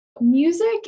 Music